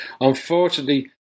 Unfortunately